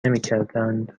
نمیکردند